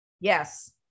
yes